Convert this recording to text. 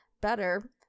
better